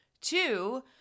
two